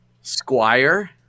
Squire